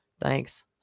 Thanks